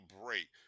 break